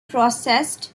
processed